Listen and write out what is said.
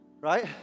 Right